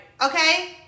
Okay